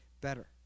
better